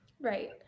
Right